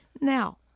now